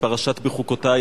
היא פרשת בחוקותי,